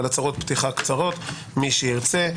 הצהרות פתיחה קצרות, מי שירצה.